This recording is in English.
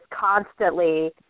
constantly